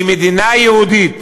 כי מדינה יהודית